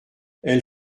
elle